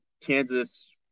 Kansas